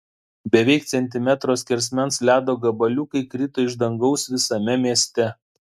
beveik centimetro skersmens ledo gabaliukai krito iš dangaus visame mieste